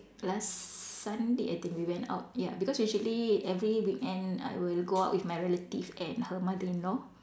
last Sunday I think we went out ya because usually every weekend I will go out with my relative and her mother-in-law